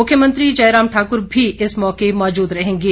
मुख्यमंत्री जयराम ठाकुर भी इस मौके मौजूद रहेंगे